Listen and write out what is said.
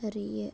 அறிய